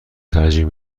ترجیح